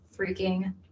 freaking